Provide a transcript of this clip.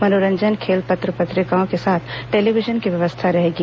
मनोरंजन खेल पत्र पत्रिकाओं के साथ टेलीविजन की व्यवस्था रहेगी